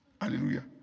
Hallelujah